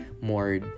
more